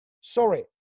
sorry